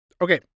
Okay